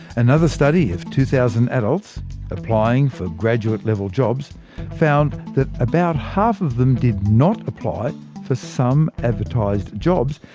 another study of two thousand adults applying for graduate-level jobs found that about half of them did not apply for some advertised jobs,